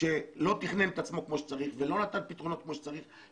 שלא תכנן את עצמו כמו שצריך ולא נתן פתרונות כמו שצריך,